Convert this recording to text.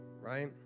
right